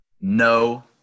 No